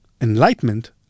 Enlightenment